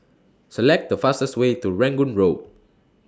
Select The fastest Way to Rangoon Road